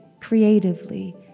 creatively